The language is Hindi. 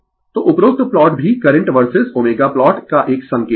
Refer slide Time 2656 तो उपरोक्त प्लॉट भी करंट वर्सेज ω प्लॉट का एक संकेतक है